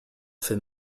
fait